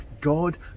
God